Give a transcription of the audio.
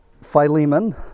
Philemon